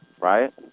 right